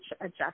adjust